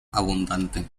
abundante